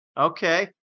Okay